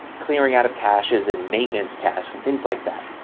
clearing out of caches and maintenance tasks and things like that.